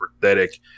pathetic